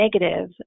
negative